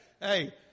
Hey